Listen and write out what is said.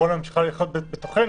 הקורונה ממשיכה לחיות בתוכנו.